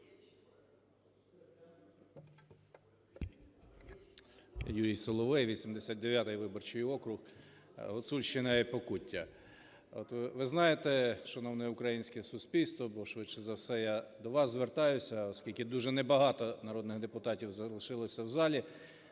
Юрій Соловей, 89 виборчий округ, Гуцульщина і Покуття. Ви знаєте, шановне українське суспільство, бо, швидше за все, я до вас звертаюсь, оскільки дуже не багато народних депутатів залишилося в залі,